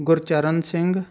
Gurcharan Singh